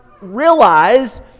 realize